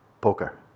poker